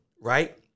right